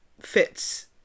fits